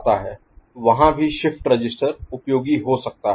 वहाँ भी shift register उपयोगी हो सकता है